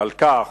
על כך,